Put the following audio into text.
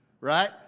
right